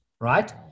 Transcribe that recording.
right